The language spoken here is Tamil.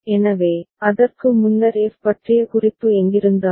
எனவே அதற்கு முன்னர் எஃப் பற்றிய குறிப்பு எங்கிருந்தாலும்